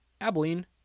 Abilene